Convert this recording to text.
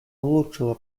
улучшила